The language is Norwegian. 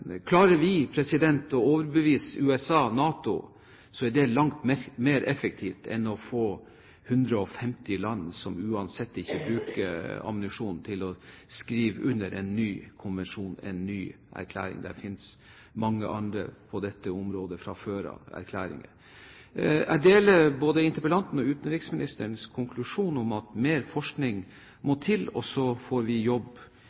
klarer vi å overbevise USA og NATO, er det langt mer effektivt enn å få 150 land, som uansett ikke bruker slik ammunisjon, til å skrive under en ny konvensjon, en ny erklæring – det finnes mange andre erklæringer på dette området fra før av. Jeg deler både interpellantens og utenriksministerens konklusjon, at mer forskning må til. Så får vi